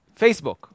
Facebook